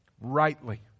Rightly